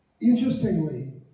interestingly